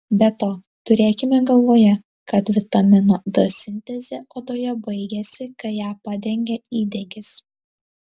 be to turėkime galvoje kad vitamino d sintezė odoje baigiasi kai ją padengia įdegis